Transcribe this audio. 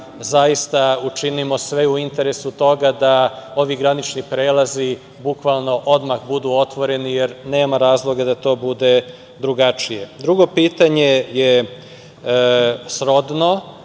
zaista učinimo sve u interesu toga da ovi granični prelazi bukvalno odmah budu otvoreni, jer nema razloga da to bude drugačije. Drugo pitanje je srodno.